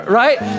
right